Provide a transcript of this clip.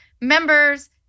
members